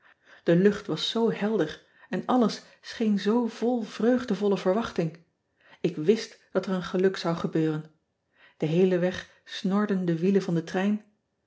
e lucht was zoo helder en alles scheen zoo vol vreugdevolle verwachting k wist dat er een geluk zou gebeuren en heelen weg snorden de wielen van den trein